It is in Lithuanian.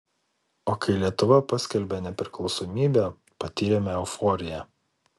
o kai lietuva paskelbė nepriklausomybę patyrėme euforiją